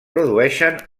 produeixen